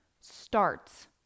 starts